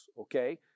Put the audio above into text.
okay